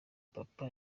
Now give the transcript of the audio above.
papa